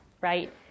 right